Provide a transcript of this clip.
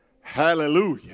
Hallelujah